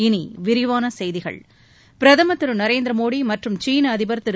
இனி விரிவான செய்திகள் பிரதமர் திரு நரேந்திர மோடி மற்றும் சீன அதிபர் திரு